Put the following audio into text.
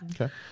Okay